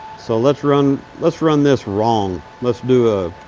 so let's run, let's run this wrong. let's do a,